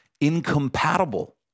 incompatible